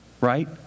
right